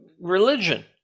religion